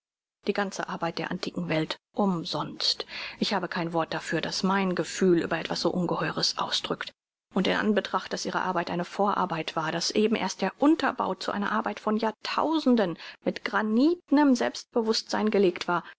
die ganze arbeit der antiken welt umsonst ich habe kein wort dafür das mein gefühl über etwas so ungeheures ausdrückt und in anbetracht daß ihre arbeit eine vorarbeit war daß eben erst der unterbau zu einer arbeit von jahrtausenden mit granitnem selbstbewußtsein gelegt war